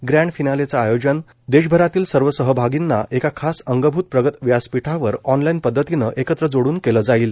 grand फिनालेचं आयोजन देशभरातील सर्वसहभागींना एका खास अंगभूत प्रगत व्यासपीठावर ऑनलाइन पद्धतीनं एकत्र जोडून केलं जाईल